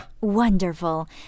Wonderful